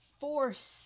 force